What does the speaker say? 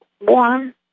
one